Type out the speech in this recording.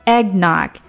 Eggnog